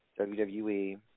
WWE